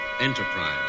Enterprise